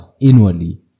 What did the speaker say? inwardly